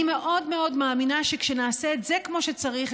אני מאוד מאוד מאמינה שכשנעשה את זה כמו שצריך,